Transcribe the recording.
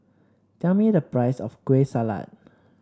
tell me the price of Kueh Salat